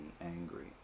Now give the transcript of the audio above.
angry